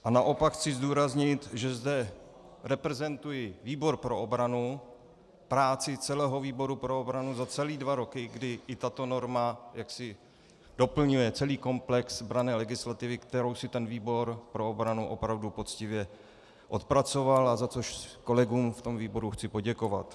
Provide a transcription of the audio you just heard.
Naopak chci zdůraznit, že zde reprezentuji výbor pro obranu, práci celého výboru pro obranu za celé dva roky, kdy i tato norma doplňuje celý komplex branné legislativy, kterou si výbor pro obranu opravdu poctivě odpracoval, za což kolegům ve výboru chci poděkovat.